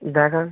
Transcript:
দেখান